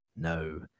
No